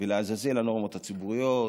ולעזאזל הנורמות הציבוריות